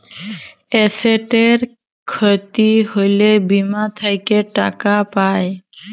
এসেটের খ্যতি হ্যলে বীমা থ্যাকে টাকা পাই